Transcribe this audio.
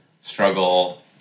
struggle